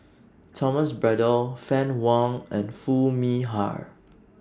Thomas Braddell Fann Wong and Foo Mee Har